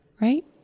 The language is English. right